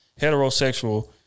heterosexual